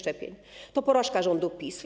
To porażka rządu PiS.